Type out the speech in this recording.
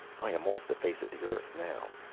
i am off the face of the earth now.